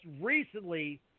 recently